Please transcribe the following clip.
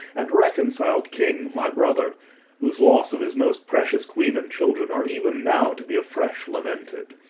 and reconciled king, my brother whose loss of his most precious queen and children are even now to be afresh lamented.